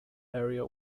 area